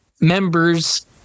members